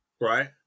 Right